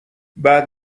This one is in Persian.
بعد